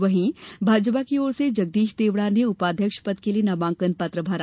वहीं भाजपा की ओर से जगदीश देवडा ने उपाध्यक्ष पद के लिए नामांकन पत्र भरा